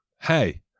hey